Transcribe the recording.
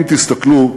אם תסתכלו,